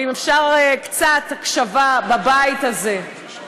ואם אפשר קצת הקשבה בבית הזה.